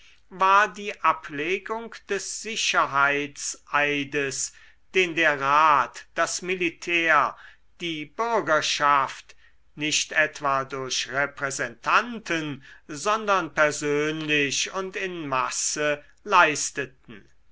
war die ablegung des sicherheitseides den der rat das militär die bürgerschaft nicht etwa durch repräsentanten sondern persönlich und in masse leisteten